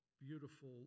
beautiful